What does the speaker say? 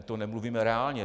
To nemluvíme reálně.